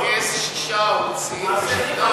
שמרכז שישה ערוצים.